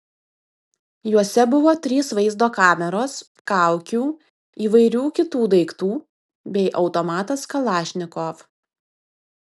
juose buvo trys vaizdo kameros kaukių įvairių kitų daiktų bei automatas kalašnikov